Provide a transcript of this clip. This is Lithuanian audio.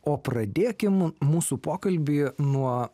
o pradėkim mūsų pokalbį nuo